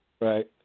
Right